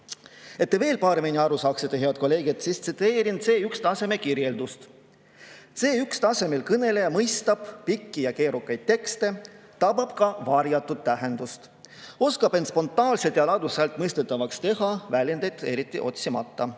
Et te veel paremini aru saaksite, head kolleegid, siis ma tsiteerin [keeleseadusest, mida peab oskama] C1-tasemel kõneleja: "Mõistab pikki ja keerukaid tekste, tabab ka varjatud tähendust. Oskab end spontaanselt ja ladusalt mõistetavaks teha, väljendeid eriti otsimata.